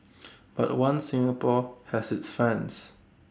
but One Singapore has its fans